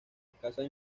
escasas